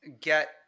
get